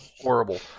horrible